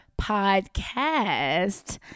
podcast